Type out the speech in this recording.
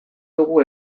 dugu